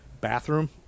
bathroom